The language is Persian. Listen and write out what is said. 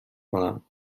کنم